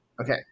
Okay